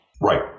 Right